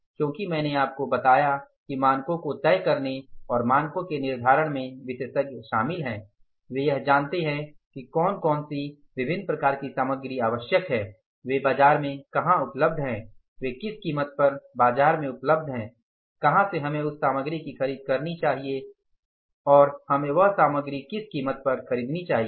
क्योंकि मैंने आपको बताया कि मानकों को तय करने और मानकों के निर्धारण में विशेषज्ञ शामिल हैं वे यह जानते हैं कि कौन कौन सी विभिन्न प्रकार की सामग्री आवश्यक हैं वे बाजार में कहां उपलब्ध हैं वे किस कीमत पर बाजार में उपलब्ध हैं कहा से हमें उस सामग्री की खरीद करनी चाहिए और हमें वह सामग्री किस कीमत पर खरीदनी चाहिए